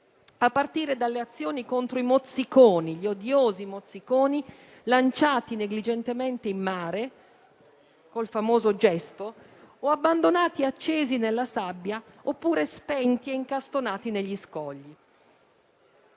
a partire dalle azioni contro gli odiosi mozziconi, lanciati negligentemente in mare col famoso gesto o abbandonati accesi nella sabbia oppure spenti e incastonati negli scogli.